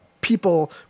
people